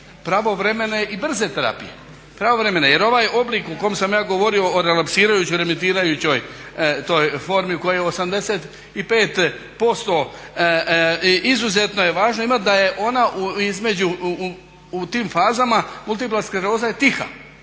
pravovremene i brze terapije, jer ovaj oblik u kom sam ja govorio o relaksirajućoj revitalizirajućoj toj formi u kojoj 85%, izuzetno je važno imati da je ona između, u tim fazama multipla skleroza je tiha